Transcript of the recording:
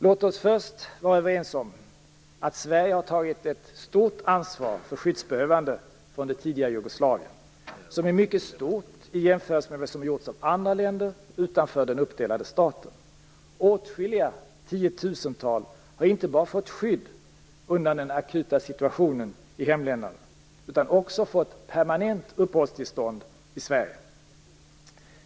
Låt oss först vara överens om att Sverige har tagit ett stort ansvar för skyddsbehövande från det tidigare Jugoslavien, som är mycket stort i jämförelse med vad som gjorts av andra länder utanför den uppdelade staten. Åtskilliga tiotusental har inte bara fått skydd undan den akuta situtationen i hemländerna utan har också fått permanent uppehållstillstånd i Sverige.